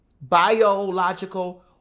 biological